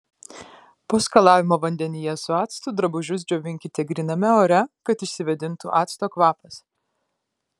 po skalavimo vandenyje su actu drabužius džiovinkite gryname ore kad išsivėdintų acto kvapas